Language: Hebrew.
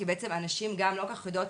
כי בעצם הנשים לא כל כך יודעות,